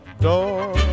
door